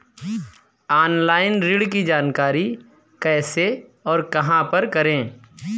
Online ऋण की जानकारी कैसे और कहां पर करें?